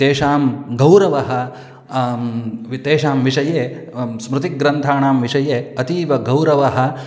तेषां गौरवः तेषां विषये स्मृतिग्रन्थानां विषये अतीव गौरवः